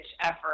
effort